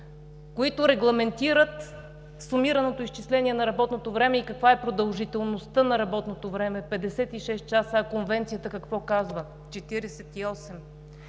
които регламентират сумираното изчисление на работното време и каква е продължителността на работното време. Петдесет и шест часа. А Конвенцията какво казва?